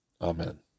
Amen